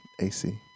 ac